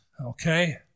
okay